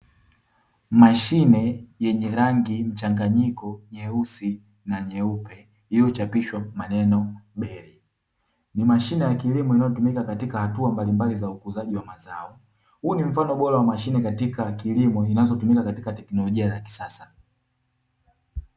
Mashine yenye rangi mchanganyiko nyeusi na nyeupe iliyochapishwa maneno “BERRY “ ni mashine ya kilimo inayotumika katika hatua mbalimbali za ukuzaji wa mazao. Huu ni mfano bora wa mashine katika kilimo zinazotumika katika teknolojia ya kisasa.